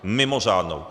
Mimořádnou.